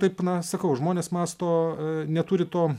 taip na sakau žmonės mąsto neturi to